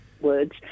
words